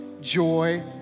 joy